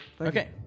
Okay